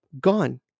gone